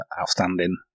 outstanding